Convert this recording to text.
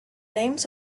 names